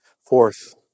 Fourth